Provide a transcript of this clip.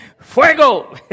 Fuego